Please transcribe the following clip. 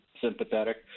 sympathetic